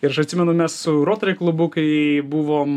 ir aš atsimenu mes su rotary klubu kai buvom